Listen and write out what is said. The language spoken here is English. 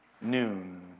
noon